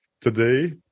Today